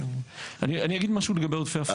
אני אגיד משהו לגבי עודפי עפר?